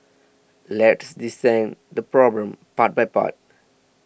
let's dissect the problem part by part